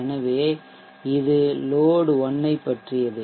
எனவே இது லோட் 1 ஐப் பற்றியது